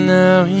now